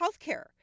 healthcare